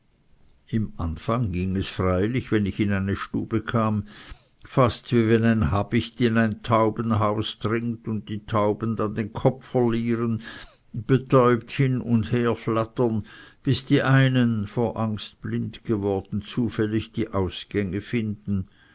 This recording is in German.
im anfang ging es freilich wenn ich in eine stube kam fast wie wenn ein habicht in ein taubenhaus dringt und die tauben dann den kopf verlieren betäubt hin und her flattern bis die einen zufällig die ausgänge finden